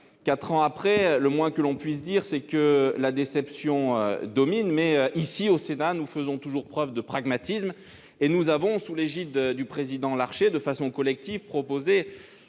Quatre ans après, le moins que l'on puisse dire est que la déception domine. Au Sénat, toutefois, nous faisons toujours preuve de pragmatisme et nous avons, sous l'égide du président Gérard Larcher, proposé